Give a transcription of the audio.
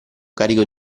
carico